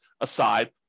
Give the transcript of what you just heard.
aside